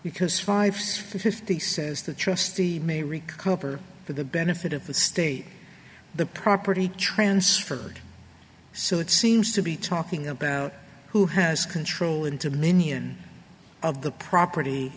because five six fifty says the trustee may recover for the benefit of the state the property transferred so it seems to be talking about who has control into minion of the property